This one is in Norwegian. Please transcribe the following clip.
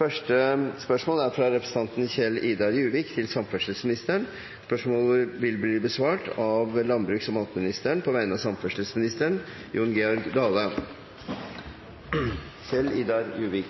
De foreslåtte endringene i dagens spørretime foreslås godkjent. – Det anses vedtatt. Endringene var som følger: Spørsmål 1, fra representanten Kjell-Idar Juvik til samferdselsministeren, vil bli besvart av landbruks- og matministeren på vegne av samferdselsministeren,